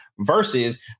versus